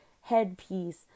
headpiece